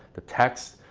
the texts,